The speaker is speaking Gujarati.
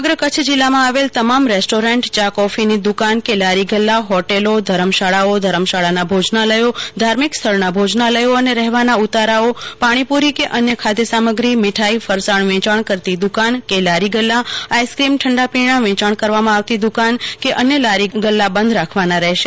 સમગ્ર કચ્છ જીલ્લામાં આવેલ તમામ રેસ્ટોરન્ટ યા કોફીની દુકાન કે લારીગલ્લા હોટલો ઘરમશાળાઓ ઘરમશાળાના ભોજનાલથો ધાર્મિક સ્થળના ભોજનાલથો અને રહેવાના ઉતારાઓ પાણીપુરી કે અન્ય ખાદ્યસામગ્રી મીઠાઇ ફરસાણ વેચાણ કરતી દુકાન કે લારી ગલ્લા આઇસ્ક્રીમ ઠંડા પીણા વેયાણ કરવામાં આવતી દુકાન કે લારી ગલ્લા બંધ રાખવાના રહેશે